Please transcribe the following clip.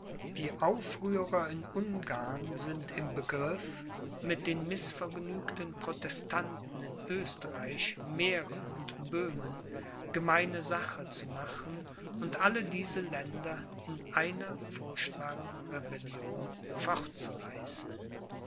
die aufrührer in ungarn sind im begriff mit den mißvergnügten protestanten in oesterreich mähren und böhmen gemeine sache zu machen und alle diese länder in einer furchtbaren rebellion fortzureißen